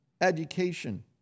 education